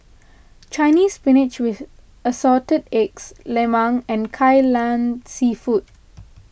Chinese Spinach with Assorted Eggs Lemang and Kai Lan Seafood